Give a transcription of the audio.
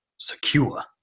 secure